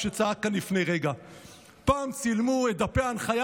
שמנהל כאן את הישיבה,